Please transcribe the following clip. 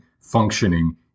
functioning